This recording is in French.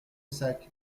sac